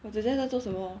我姐姐在做什么